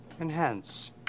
Enhance